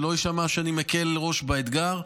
שלא יישמע שאני מקל ראש באתגר,